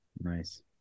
Nice